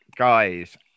guys